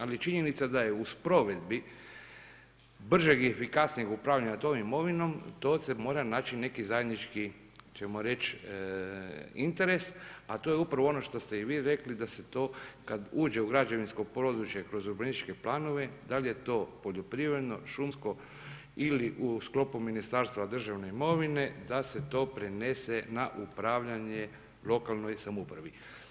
Ali činjenica da je u sprovedbi bržeg i efikasnijeg upravljanja tom imovinom to se mora naći neki zajednički ćemo reći interes, a to je upravo ono što ste i vi rekli da se to kad uđe u građevinsko područje kroz urbanističke planove da li je to poljoprivredno, šumsko ili u sklopu Ministarstva državne imovine da se to prenese na upravljanje lokalnoj samoupravi.